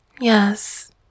yes